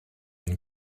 and